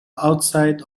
outside